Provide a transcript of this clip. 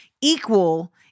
equal